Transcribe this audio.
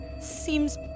Seems